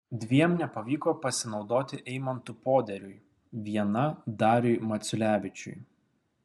dviem nepavyko pasinaudoti eimantui poderiui viena dariui maciulevičiui